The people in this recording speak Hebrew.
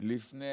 לפני